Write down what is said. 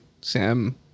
Sam